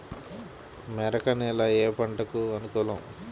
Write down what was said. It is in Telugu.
మెరక నేల ఏ పంటకు అనుకూలం?